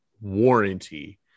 warranty